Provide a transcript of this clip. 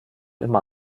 immer